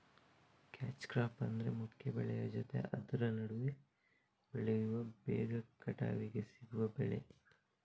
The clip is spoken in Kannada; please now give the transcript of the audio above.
ಕ್ಯಾಚ್ ಕ್ರಾಪ್ ಅಂದ್ರೆ ಮುಖ್ಯ ಬೆಳೆಯ ಜೊತೆ ಆದ್ರ ನಡುವೆ ಬೆಳೆಯುವ ಬೇಗ ಕಟಾವಿಗೆ ಸಿಗುವ ಬೆಳೆ